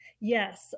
yes